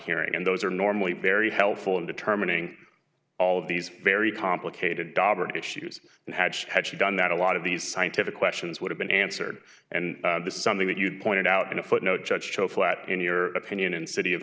hearing and those are normally very helpful in determining all of these very complicated dougherty issues and had she had she done that a lot of these scientific questions would have been answered and this is something that you pointed out in a footnote judge show flat in your opinion in city of